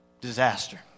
Disaster